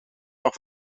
nog